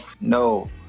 No